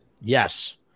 yes